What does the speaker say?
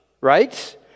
right